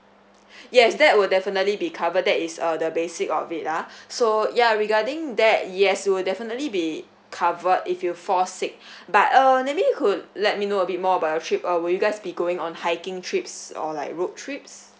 yes that will definitely be covered that is uh the basic of it ah so ya regarding that yes it will definitely be covered if you fall sick but err maybe you could let me know a bit more about your trip uh will you guys be going on hiking trips or like road trips